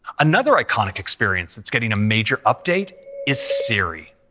another iconic experience that's getting a major update is siri.